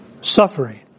Suffering